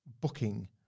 booking